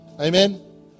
Amen